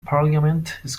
parliament